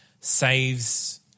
saves